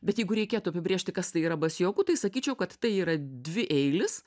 bet jeigu reikėtų apibrėžti kas tai yra basioku tai sakyčiau kad tai yra dvieilis